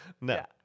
No